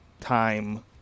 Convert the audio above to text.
time